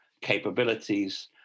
capabilities